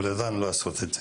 אבל ידענו לעשות את זה.